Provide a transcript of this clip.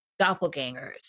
doppelgangers